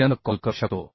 पर्यंत कॉल करू शकतो